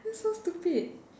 that's so stupid